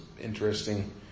interesting